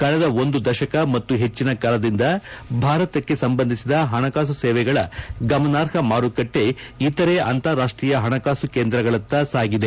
ಕಳೆದ ಒಂದು ದಶಕ ಮತ್ತು ಪೆಚ್ಚಿನ ಕಾಲದಿಂದ ಭಾರತಕ್ಕೆ ಸಂಬಂಧಿಸಿದ ಪಣಕಾಸು ಸೇವೆಗಳ ಗಮನಾರ್ಹ ಮಾರುಕಟ್ಟೆ ಇತರೆ ಅಂತಾರಾಷ್ಟೀಯ ಪಣಕಾಸು ಕೇಂದ್ರಗಳತ್ತ ಸಾಗಿದೆ